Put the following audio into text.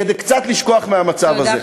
כדי קצת לשכוח מהמצב הזה.